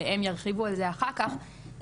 והם ירחיבו על זה אחר כך.